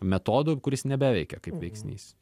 metodu kuris nebeveikia kaip veiksnys